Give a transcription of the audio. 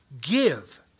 give